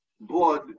blood